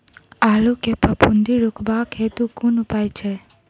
आलु मे फफूंदी रुकबाक हेतु कुन उपाय छै?